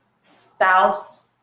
spouse